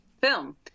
film